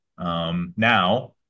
Now